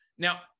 Now